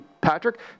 Patrick